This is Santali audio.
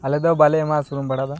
ᱟᱞᱮᱫᱚ ᱵᱟᱞᱮ ᱮᱢᱟ ᱥᱩᱱᱩᱢ ᱵᱷᱟᱲᱟ ᱫᱚ